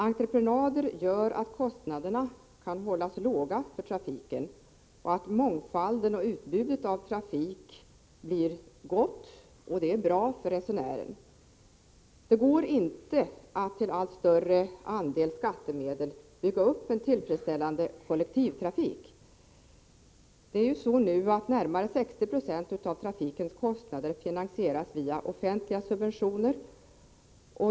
Entreprenader gör att kostnaderna för trafiken kan hållas låga, att det blir mångfald och att utbudet av trafik blir gott — och det är bra för resenären. Det går inte att med en allt större andel skattemedel bygga upp en tillfredsställande kollektivtrafik. Det är ju nu så, att närmare 60 96 av trafikens kostnader finansieras via offentliga subventioner.